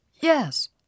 Yes